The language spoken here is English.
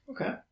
Okay